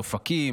על אופקים,